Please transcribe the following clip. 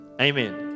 Amen